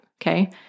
okay